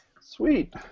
Sweet